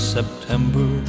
September